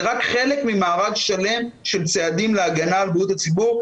זה רק חלק ממארג שלם של צעדים להגנה על בריאות הציבור,